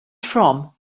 from